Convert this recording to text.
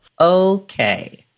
Okay